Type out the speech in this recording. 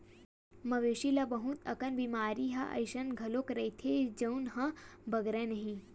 मवेशी ल बहुत अकन बेमारी ह अइसन घलो रहिथे जउन ह बगरय नहिं